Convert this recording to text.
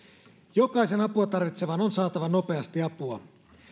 jokaisen apua tarvitsevan on saatava nopeasti apua